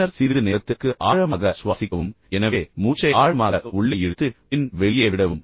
பின்னர் சிறிது நேரத்திற்கு ஆழமாக சுவாசிக்கவும் எனவே மூச்சை ஆழமாக உள்ளே இழுத்து பின் வெளியே விடவும்